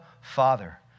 Father